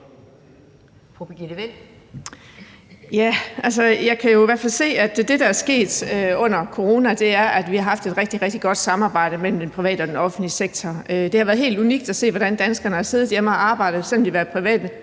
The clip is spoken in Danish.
jeg kan jo i hvert fald se, at det, der er sket under corona, er, at vi har haft et rigtig, rigtig godt samarbejde mellem den private og den offentlige sektor. Det har været helt unikt at se, hvordan danskerne har siddet hjemme og arbejdet, selv om de har været ansat